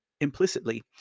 Implicitly